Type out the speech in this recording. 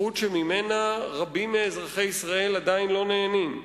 זכות שרבים מאזרחי ישראל עדיין לא נהנים ממנה.